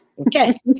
okay